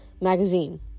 magazine